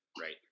right